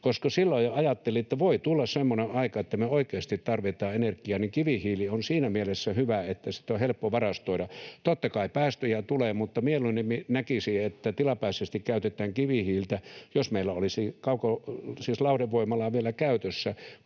koska jo silloin ajattelin, että voi tulla semmoinen aika, että me oikeasti tarvitaan energiaa, ja kivihiili on siinä mielessä hyvä, että sitä on helppo varastoida. Totta kai päästöjä tulee, mutta mieluummin näkisin, että tilapäisesti käytetään kivihiiltä, jos meillä olisi lauhdevoimaloita vielä käytössä,